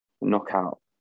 knockout